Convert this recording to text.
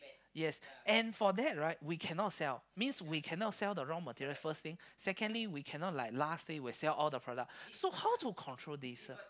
yes and for that right we cannot sell means we cannot sell the raw material first thing secondly we cannot like lastly sell the product so how we control this ah